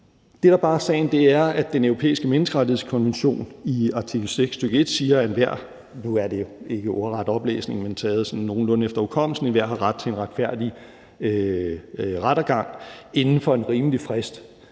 Det, der bare er sagen, er, at Den Europæiske Menneskerettighedskonvention i artikel 6, stk. 1, siger, at enhver – nu er det ikke ordret oplæsning, men taget sådan nogenlunde efter hukommelsen – har ret til en retfærdig rettergang inden for en rimelig frist.